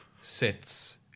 sits